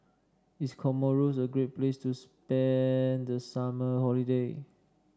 is Comoros a great place to spend the summer holiday